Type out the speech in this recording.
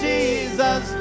Jesus